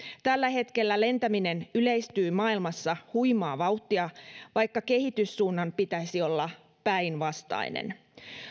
tällä hetkellä lentäminen yleistyy maailmassa huimaa vauhtia vaikka kehityssuunnan pitäisi olla päinvastainen